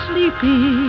Sleepy